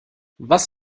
was